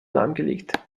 lahmgelegt